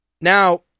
Now